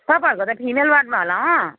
तपाईँहरूको त फिमेल वार्डमा होला हँ